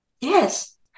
Yes